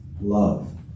love